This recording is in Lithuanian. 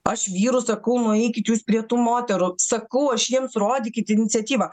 aš vyrui sakau nu eikit jūs prie tų moterų sakau aš jiems rodykit iniciatyvą